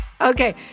Okay